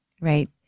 right